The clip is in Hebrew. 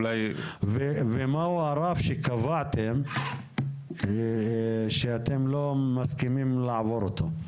ומהו הרף שקבעתם שאתם לא מסכימים לעבור אותו.